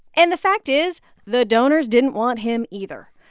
and the fact is the donors didn't want him, either.